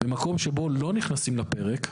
במקום שבו לא נכנסים לפרק,